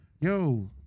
Yo